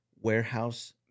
warehouse